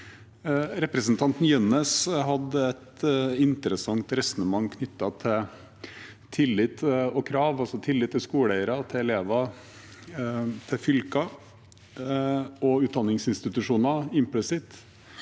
Representanten Jønnes hadde et interessant resonnement knyttet til tillit og krav, altså tillit til skoleeiere, til elever, til fylker og til utdanningsinstitusjoner implisitt.